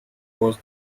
was